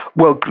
well,